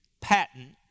patent